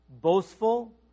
boastful